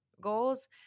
goals